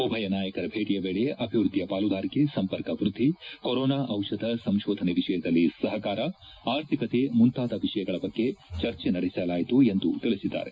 ಉಭಯ ನಾಯಕರ ಭೇಟಿಯ ವೇಳೆ ಅಭಿವೃದ್ಧಿಯ ಪಾಲುದಾರಿಕೆ ಸಂಪರ್ಕ ವೃದ್ಧಿ ಕೊರೊನಾ ದಿಷಧ ಸಂಶೋಧನೆ ವಿಷಯದಲ್ಲಿ ಸಹಕಾರ ಆರ್ಥಿಕತೆ ಮುಂತಾದ ವಿಷಯಗಳ ಬಗ್ಗೆ ಚರ್ಚೆ ನಡೆಸಲಾಯಿತು ಎಂದು ತಿಳಿಸಿದ್ದಾರೆ